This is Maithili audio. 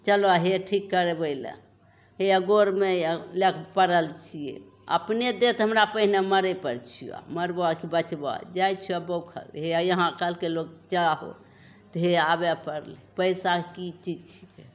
चलऽ हे ठीक करबै ले हइए गोड़मे लैके पड़ल छिए अपने देह तऽ हमरा पहिले मरैपर छिअऽ मरबऽ कि बचबऽ जाइ छिअऽ बौखै ले यहाँ कहलकै लोक जाहो हइए आबे पड़लै पइसा कि चीज छिकै